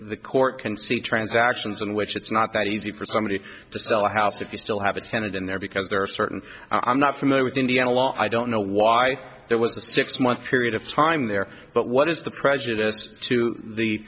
the court can see transactions in which it's not that easy for somebody to sell a house if you still have attended in there because there are certain i'm not familiar with indiana law i don't know why there was a six month period of time there but what is the prejudiced to the